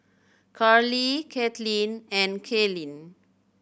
Carlee Katlynn and Kaylyn